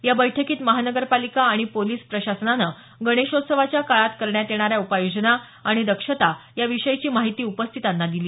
या बैठकीत महापालिका आणि पोलिस प्रशासनानं गणेशोत्सवाच्या काळात करण्यात येणाऱ्या उपाययोजना आणि दक्षता या विषयीची माहिती उपस्थितांना दिली